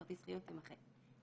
"כרטיס חיוב"" תימחק,